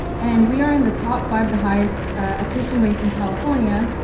and we are in the top five, the highest attrition rates in california.